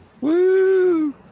Woo